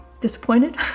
disappointed